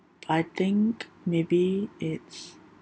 I think maybe it's